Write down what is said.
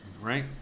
right